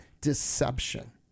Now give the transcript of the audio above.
Deception